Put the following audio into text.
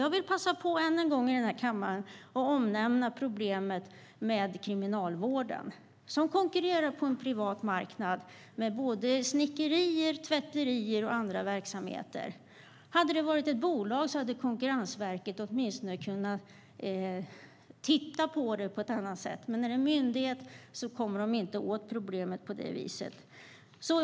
Jag vill passa på än en gång, när jag är här i kammaren, att omnämna problemet med Kriminalvården, som konkurrerar på en privat marknad med snickerier, tvätterier och andra verksamheter. Hade det varit ett bolag hade Konkurrensverket åtminstone kunnat titta på det på ett annat sätt. Men när det är en myndighet kommer de inte åt problemet på det viset.